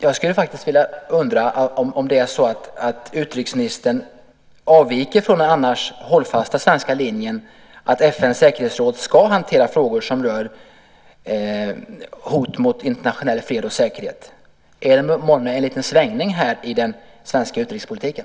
Jag undrar faktiskt om det är så att utrikesministern avviker från den annars hållfasta svenska linjen att FN:s säkerhetsråd ska hantera frågor som rör hot mot internationell fred och säkerhet. Är det månne en liten svängning här i den svenska utrikespolitiken?